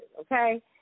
okay